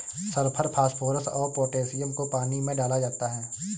sulphur phosphorus और potassium को पानी में डाला जाता है